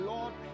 Lord